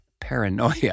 paranoia